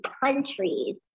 countries